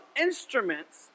instruments